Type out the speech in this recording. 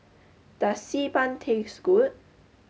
does Xi Ban taste good